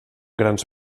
grans